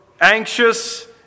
anxious